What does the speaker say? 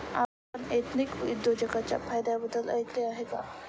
आपण एथनिक उद्योजकतेच्या फायद्यांबद्दल ऐकले आहे का?